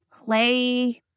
play